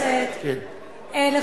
אדוני היושב-ראש,